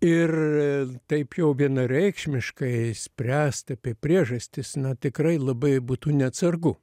ir taip jau vienareikšmiškai spręst apie priežastis na tikrai labai būtų neatsargu